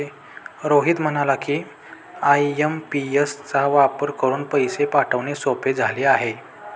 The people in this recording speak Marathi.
रोहित म्हणाला की, आय.एम.पी.एस चा वापर करून पैसे पाठवणे सोपे झाले आहे